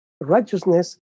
Righteousness